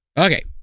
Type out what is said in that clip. okay